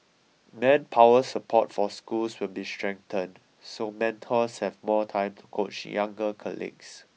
manpower support for schools will be strengthened so mentors have more time to coach younger colleagues